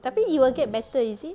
tapi it'll get better is it